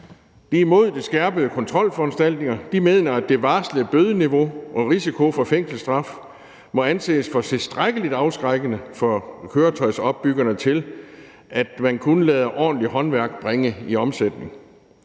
De er imod de skærpede kontrolforanstaltninger. De mener, »at det varslede bødeniveau og risiko for fængselsstraf må anses for tilstrækkelig afskrækkende for køretøjsopbyggere til, at det alene er ordentlig håndværk, som bringes i omsætning